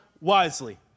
wisely